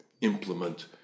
implement